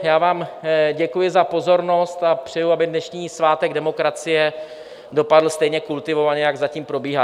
Já vám děkuji za pozornost a přeji, aby dnešní svátek demokracie dopadl stejně kultivovaně, jak zatím probíhá.